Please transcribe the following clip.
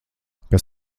kas